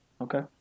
Okay